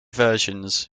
versions